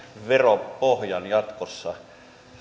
veropohjan jatkossa